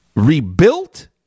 Rebuilt